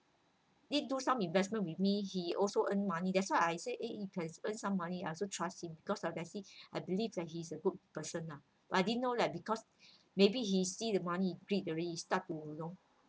did do some investment with me he also earned money that's why I say eh if I can earn some money I also trusted him because of that I believe that he's a good person lah but I didn't know that because maybe he see the money greed already start to you know